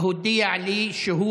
הודיע לי שהוא